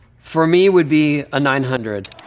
for me, would be a nine hundred.